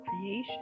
creation